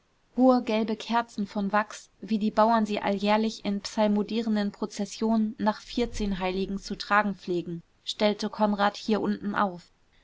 hohe gelbe kerzen von wachs wie die bauern sie alljährlich in psalmodierenden prozessionen nach vierzehnheiligen zu tragen pflegen stellte konrad hier unten auf